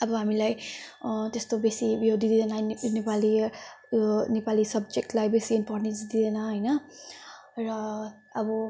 अब हामीलाई त्यस्तो बेसी यो दिँदैन नेपाली ऊ यो नेपाली सब्जेक्टलाई बेसी इम्पोर्टेन्स दिँदैन हैन र अब